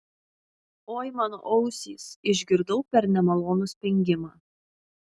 oi mano ausys išgirdau per nemalonų spengimą